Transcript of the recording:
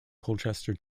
colchester